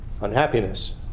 unhappiness